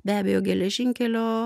be abejo geležinkelio